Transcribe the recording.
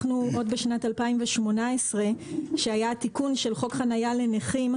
עוד בשנת 2018 כשהיה התיקון של חוק חניה לנכים,